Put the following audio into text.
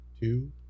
two